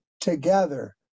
together